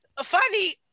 Funny